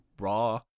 raw